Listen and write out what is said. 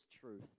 truth